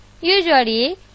Usually